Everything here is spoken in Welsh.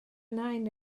nain